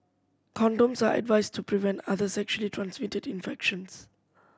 condoms are advised to prevent other sexually transmitted infections